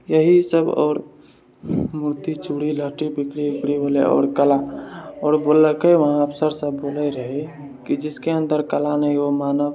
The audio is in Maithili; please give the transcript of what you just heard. यही सब आओर मूर्ति चूड़ी लहठी बिक्री बिक्री भेलय आओर कला आओर बोललकय वहाँ अफसर सब बोलय रहय कि जिसके अन्दर कला नहि वो मानव